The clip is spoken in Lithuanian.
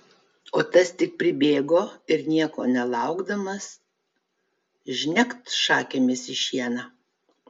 o tas tik pribėgo ir nieko nelaukdamas žnekt šakėmis į šieną